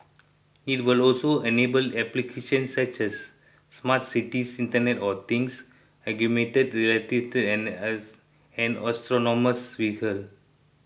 it will also enable applications such as smart cities Internet of Things augmented reality and as and autonomous vehicles